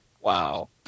Wow